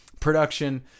production